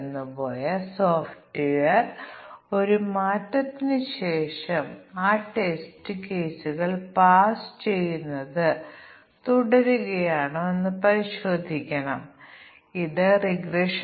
ഇതുപോലുള്ള മറ്റേതെങ്കിലും കോമ്പിനേഷനുകൾക്ക് 1 ഇത് 1 ഇത് 1 ഈ 1 മുതലായവയ്ക്ക് ഒരു പ്രശ്നവുമില്ല പ്രശ്നമില്ല